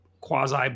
quasi